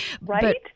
Right